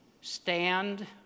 stand